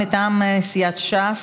מטעם סיעת ש"ס,